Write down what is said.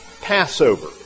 Passover